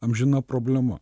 amžina problema